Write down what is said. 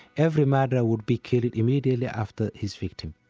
every murderer would be killed immediately after his victim.